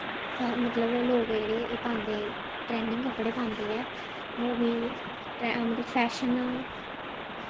मतलब लोग जेह्ड़े मतलब एह् पांदे ट्रैंडिग पांदे ऐ मूवी ट्रै मतलब फैशन